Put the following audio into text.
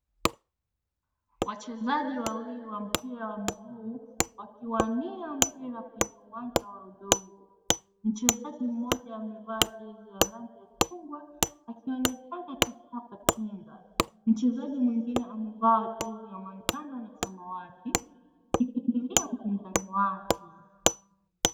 Wachezaji wawili wa mpira wa mguu, wakiwania mpira kwenye uwanja wa udongo. Mchezaji mmoja amevaa jezi ya rangi ya chungwa, akionekana akikata chenga. Mchezaji mwingine amevaa jezi ya manjano na samawati, akishikilia mpinzani wake.